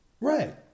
right